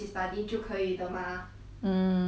mm 对 lor 对 lor 其实也是 lor